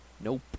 nope